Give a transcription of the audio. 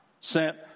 sent